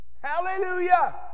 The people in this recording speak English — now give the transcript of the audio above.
Hallelujah